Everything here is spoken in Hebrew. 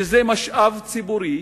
שזה משאב ציבורי.